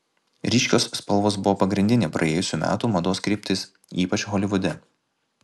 ryškios spalvos buvo pagrindinė praėjusių metų mados kryptis ypač holivude